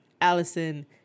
Allison